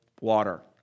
water